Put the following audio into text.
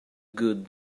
good